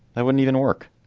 i wouldn't even work